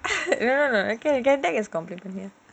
no no no you can take as compliment